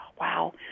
wow